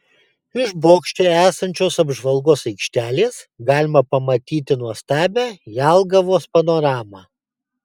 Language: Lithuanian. iš bokšte esančios apžvalgos aikštelės galima pamatyti nuostabią jelgavos panoramą